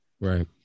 Right